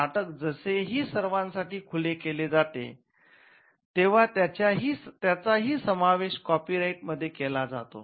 नाटक जसे ही सर्वांसाठी खुले केले जाते तेंव्हा त्याच्या ही समावेश कॉपी राईट मध्ये केला जातो